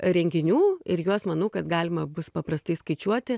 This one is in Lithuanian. renginių ir juos manau kad galima bus paprastai skaičiuoti